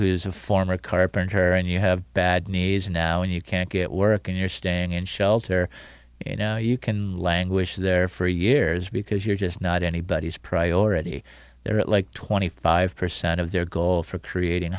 who's a former carpenter and you have bad knees now and you can't get work and you're staying in shelter you know you can languish there for years because you're just not anybody's already there at like twenty five percent of their goal for creating